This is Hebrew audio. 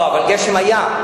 לא, אבל גשם היה.